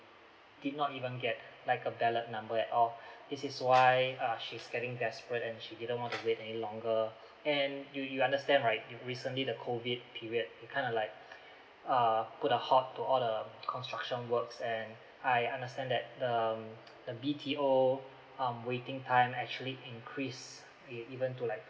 did not even get like a ballot number at all this is why uh she's getting desperate and she didn't want to wait any longer and you you understand right in recently the COVID period it kind of like err put a halt to all the construction works and I understand that um the B_T_O um waiting time actually increase e~ even to like